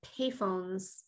payphones